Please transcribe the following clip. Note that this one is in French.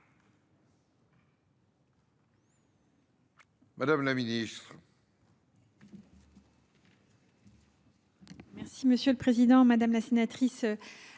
Mme la ministre.